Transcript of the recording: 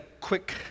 quick